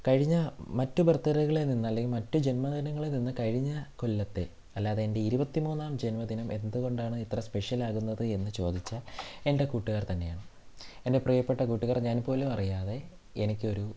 കഴിഞ്ഞ മറ്റ് ബർത്ത്ഡേകളിൽ നിന്ന് അല്ലെങ്കിൽ മറ്റ് ജന്മദിനങ്ങളിൽ നിന്ന് കഴിഞ്ഞ കൊല്ലത്തെ അല്ലാതെ എൻ്റെ ഇരുപത്തി മൂന്നാം ജന്മദിനം എന്തുകൊണ്ടാണ് ഇത്ര സ്പെഷ്യൽ ആകുന്നതെന്ന് ചോദിച്ചാൽ എൻ്റെ കൂട്ടുകാർ തന്നെയാണ് എൻ്റെ പ്രിയപ്പെട്ട കൂട്ടുകാർ ഞാൻ പോലുമറിയാതെ എനിക്കൊരു